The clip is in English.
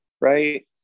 right